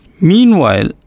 Meanwhile